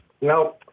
No